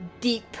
deep